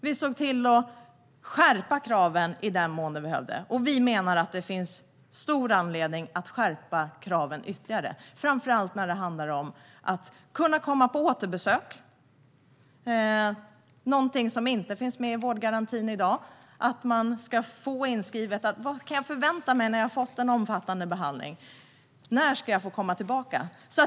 Vi såg till att skärpa kraven i den mån detta behövdes, och vi menar att det finns stor anledning att skärpa kraven ytterligare. Detta gäller framför allt att kunna komma på återbesök, vilket är någonting som inte finns med i vårdgarantin i dag. Man ska få inskrivet vad man kan förvänta sig när man har fått en omfattande behandling. När ska man få komma tillbaka?